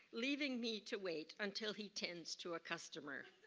leaving me to wait until he tends to a customer.